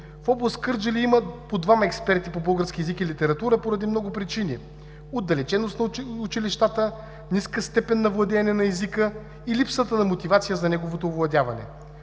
в област Кърджали има по двама експерти по български език и литература поради много причини – отдалеченост на училищата, ниска степен на владеене на езика и липсата на мотивация за неговото овладяване.